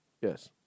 Yes